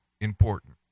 important